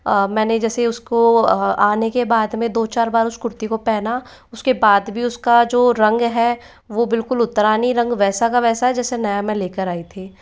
मैंने जैसे उसको आने के बाद में दो चार बार उस कुर्ती को पहना उसके बाद भी उसका जो रंग है वो बिलकुल उतरा नहीं रंग वैसा का वैसा है जैसा नया मैं लेकर आई थी